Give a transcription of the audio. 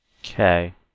Okay